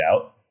out